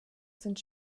sind